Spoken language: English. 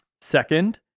second